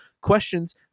questions